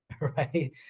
right